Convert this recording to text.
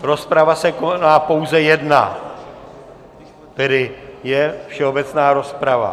Rozprava se koná pouze jedna, tedy je všeobecná rozprava.